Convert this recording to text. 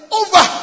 over